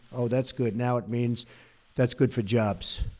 oh, that's good. now it means that's good for jobs.